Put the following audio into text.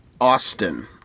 Austin